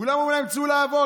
לכולם אומרים: צאו לעבוד.